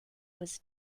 was